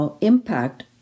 impact